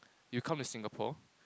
you come to Singapore